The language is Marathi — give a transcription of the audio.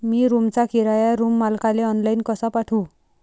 मी रूमचा किराया रूम मालकाले ऑनलाईन कसा पाठवू?